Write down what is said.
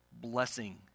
blessing